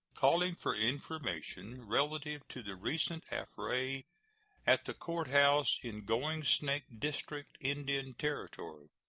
calling for information relative to the recent affray at the court-house in going snake district, indian territory.